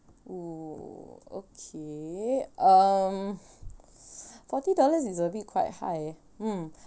oh okay um forty dollars is a bit quite high mm